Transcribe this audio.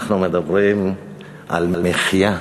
אנחנו מדברים על מחיה.